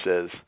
says